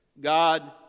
God